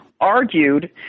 argued